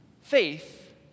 faith